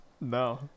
No